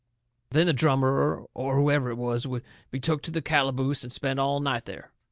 then the drummer, or whoever it was, would be took to the calaboose, and spend all night there.